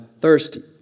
thirsty